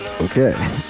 Okay